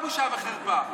בושה וחרפה.